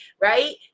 right